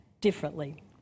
differently